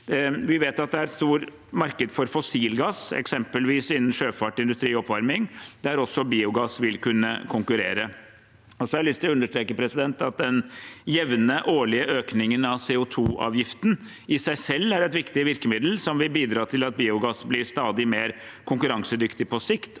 Vi vet at det er et stort marked for fossilgass – eksempelvis innen sjøfart, industri og oppvarming – der også biogass vil kunne konkurrere. Jeg har lyst til å understreke at den jevne årlige økningen av CO2-avgiften i seg selv er et viktig virkemiddel som vil bidra til at biogass blir stadig mer konkurransedyktig på sikt,